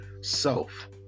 self